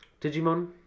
Digimon